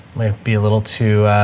may be a little too.